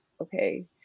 Okay